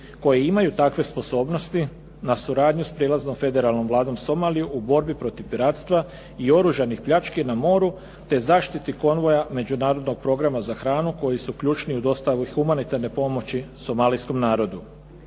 koje imaju takve sposobnosti, na suradnju s prijelaznom Federalnom vladom Somalije u borbi protiv piratstva i oružanih pljački na moru, te zaštiti konvoja Međunarodnog programa za hranu koji su ključni u dostavi humanitarne pomoći Somalijskom narodu.